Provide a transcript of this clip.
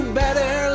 better